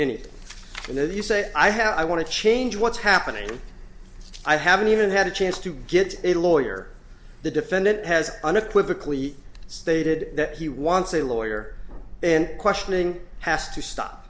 it and then you say i have i want to change what's happening i haven't even had a chance to get a lawyer the defendant has unequivocally stated that he wants a lawyer and questioning has to stop